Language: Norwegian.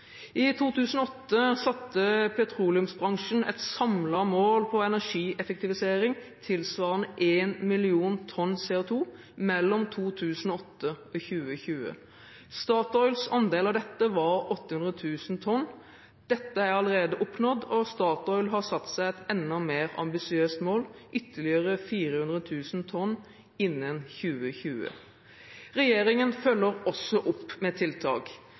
I 2008 satte petroleumsbransjen et samlet mål for energieffektivisering tilsvarende 1 million tonn CO2 mellom 2008 og 2020. Statoils andel av dette var 800 000 tonn. Dette er allerede oppnådd, og Statoil har satt seg et enda mer ambisiøst mål: ytterliggere 400 000 tonn innen 2020. Regjeringen følger også opp med tiltak.